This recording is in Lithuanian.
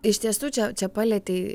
iš tiesų čia čia palietei